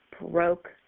broke